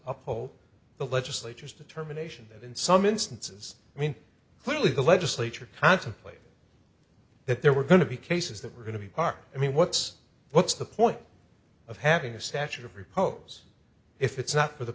uphold the legislature's determination that in some instances i mean clearly the legislature contemplated that there were going to be cases that were going to be are i mean what's what's the point of having a statute of repose if it's not for the